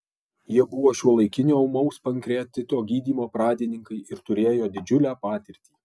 jie buvo šiuolaikinio ūmaus pankreatito gydymo pradininkai ir turėjo didžiulę patirtį